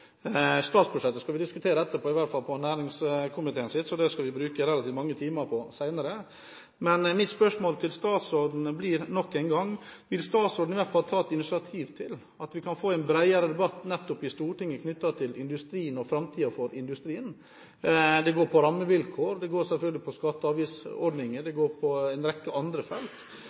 Statsbudsjettet skal vi diskutere etterpå, i hvert fall næringskomiteens, så det skal vi bruke relativt mange timer på senere. Men mitt spørsmål til statsråden blir nok en gang: Vil statsråden i hvert fall ta et initiativ til at vi kan få en bredere debatt nettopp i Stortinget knyttet til industrien og framtiden for industrien? Det gjelder rammevilkår, selvfølgelig skatte- og avgiftsordninger og en rekke andre felt.